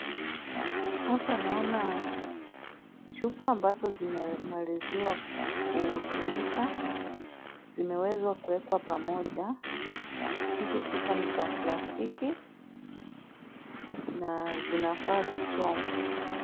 Hapa naona chupa ambazo zimemaliziwa kutumika zimeweza kuwekwa pamoja. Hizi chupa ni za plastiki na zinafaa zichomwe.